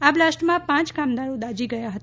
આ બ્લાસ્ટમાં પાંચ કામદારો દાઝી ગયા હતા